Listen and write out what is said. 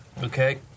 Okay